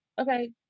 Okay